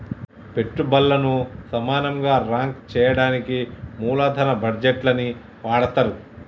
పెట్టుబల్లను సమానంగా రాంక్ చెయ్యడానికి మూలదన బడ్జేట్లని వాడతరు